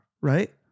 right